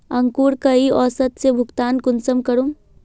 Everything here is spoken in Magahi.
अंकूर कई औसत से भुगतान कुंसम करूम?